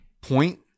Point